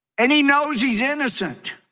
and he knows he's innocent.